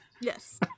Yes